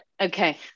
Okay